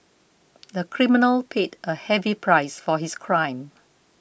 the criminal paid a heavy price for his crime